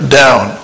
down